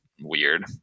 weird